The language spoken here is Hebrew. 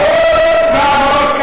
אותך בצורה מסודרת.